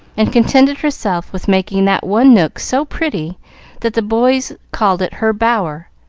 and contented herself with making that one nook so pretty that the boys called it her bower.